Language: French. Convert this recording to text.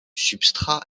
substrat